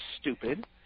stupid